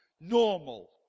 normal